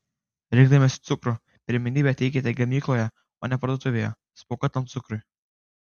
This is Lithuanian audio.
rinkdamiesi cukrų pirmenybę teikite gamykloje o ne parduotuvėje supakuotam cukrui